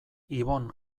ibon